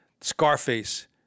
Scarface